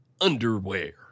underwear